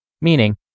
Meaning